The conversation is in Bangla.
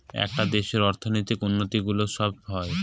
একটা দেশের অর্থনৈতিক উন্নতি গুলো সব হয়